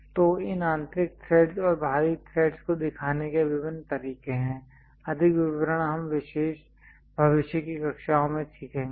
तो इन आंतरिक थ्रेडस् और बाहरी थ्रेडस् को दिखाने के विभिन्न तरीके हैं अधिक विवरण हम भविष्य की कक्षाओं में सीखेंगे